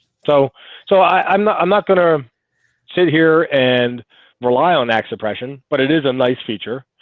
so so i'm not i'm not going to sit here and rely on ax oppression, but it is a nice feature.